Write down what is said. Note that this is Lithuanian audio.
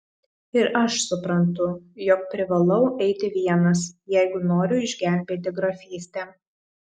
ir aš suprantu jog privalau eiti vienas jeigu noriu išgelbėti grafystę